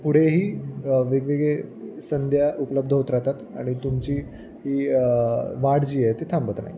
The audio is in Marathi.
पुढेही वेगवेगळे संधी उपलब्ध होत राहतात आणि तुमची ही वाढ जी आहे ती थांबत नाही